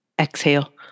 Exhale